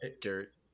Dirt